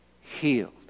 healed